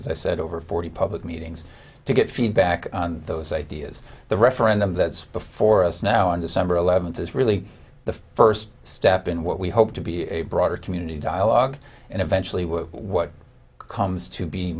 as i said over forty public meetings to get feedback on those ideas the referendum that's before us now on december eleventh is really the first step in what we hope to be a broader community dialogue and eventually what comes to be